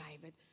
David